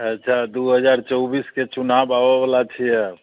अच्छा दू हजार चौबीसके चुनाव आबैवला छै आब